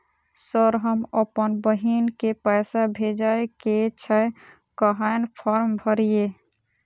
Sir हम अप्पन बहिन केँ पैसा भेजय केँ छै कहैन फार्म भरीय?